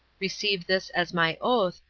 receive this as my oath,